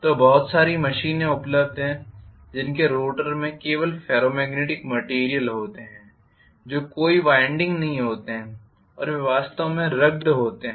तो बहुत सारी मशीनें उपलब्ध हैं जिनके रोटर में केवल फेरो मॅग्नेटिक मेटीरियल होते हैं जो कोई वाइंडिंग नहीं होते हैं और वे वास्तव में रग्ड होते हैं